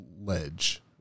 ledge